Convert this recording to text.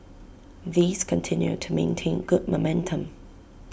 these continue to maintain good momentum